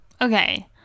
Okay